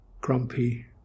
grumpy